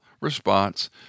response